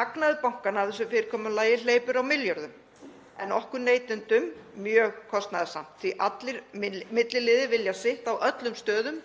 Hagnaður bankanna af þessu fyrirkomulagi hleypur á milljörðum en það er okkur neytendum mjög kostnaðarsamt því allir milliliðir vilja sitt á öllum stöðum